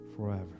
forever